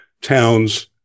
towns